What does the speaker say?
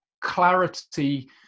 clarity